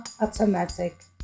automatic